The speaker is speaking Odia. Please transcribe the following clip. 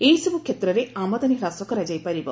ଏହିସବୁ କ୍ଷେତ୍ରରେ ଆମଦାନୀ ହ୍ରାସ କରାଯାଇ ପାରିବ